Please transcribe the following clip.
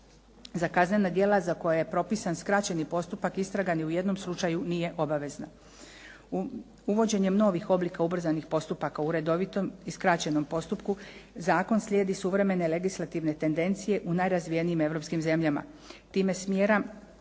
Za kaznena djela za koja je propisan skraćeni postupak istraga ni u jednom slučaju nije obavezna. Uvođenjem novih oblika ubrzanih postupaka u redovitom i skraćenom postupku zakon slijedi suvremene legislativne tendencije u najrazvijenijim europskim zemljama.